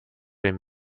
dem